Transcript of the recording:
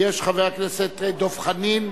יעלה ויבוא חבר הכנסת חיים כץ,